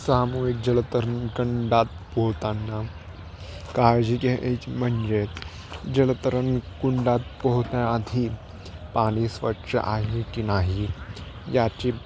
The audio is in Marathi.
सामूहिक जलतरण कुंडात पोहताना काळजी घ्यायची म्हणजे जलतरण कुंडात पोहण्याआधी पाणी स्वच्छ आहे की नाही याची